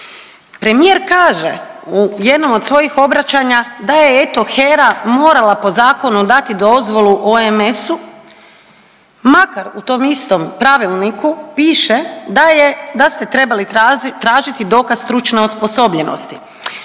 Premijer kaže u jednom od svojih obraćanja da je eto, HERA morala po zakonu dati dozvolu OMS-u makar u tom istu pravilniku piše da je, da ste trebali tražiti dokaz stručne osposobljenosti.